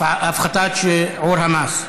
הפחתת שיעור המס.